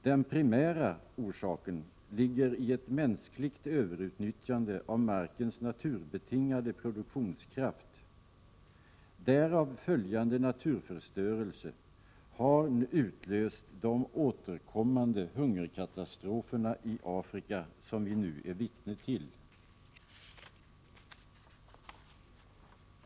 Den primära orsaken ligger i ett mänskligt överutnyttjande av markens naturbetingande produktionskraft. Därav följande naturförstörelse har utlöst de återkommande hungerkatastroferna i Afrika som vi nu är vittne till.